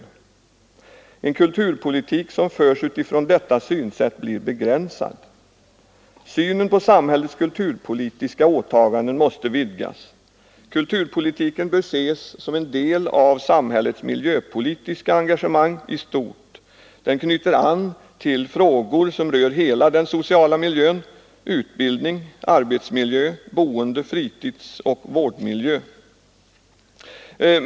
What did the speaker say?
En kulturpolitik som förs utifrån detta synsätt blir begränsad. Synen på samhällets kulturpolitiska åtaganden måste vidgas. Kulturpolitiken bör ses som en del av samhällets miljöpolitiska engagemang i stort. Den knyter an till frågor som rör hela den sociala miljön — utbildning, arbetsmiljö, boendemiljö, fritidsmiljö, vårdmiljö etc.